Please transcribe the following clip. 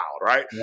right